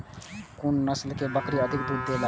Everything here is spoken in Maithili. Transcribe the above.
कुन नस्ल के बकरी अधिक दूध देला?